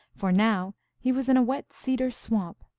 for now he was in a wet cedar swamp,